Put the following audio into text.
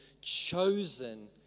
chosen